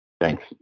thanks